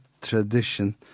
tradition